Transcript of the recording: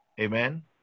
Amen